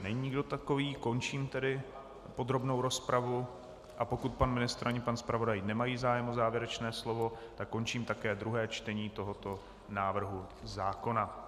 Není nikdo takový, končím tedy podrobnou rozpravu, a pokud pan ministr ani pan zpravodaj nemají zájem o závěrečné slovo, tak končím také druhé čtení tohoto návrhu zákona.